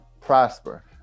prosper